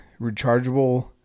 rechargeable